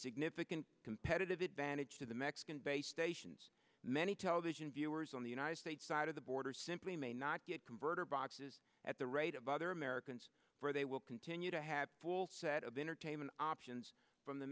significant competitive advantage to the mexican base stations many television viewers in the united states side of the border simply may not get converter boxes at the rate of other americans for they will continue to have a full set of entertainment options from the